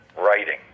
writing